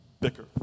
bicker